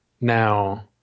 now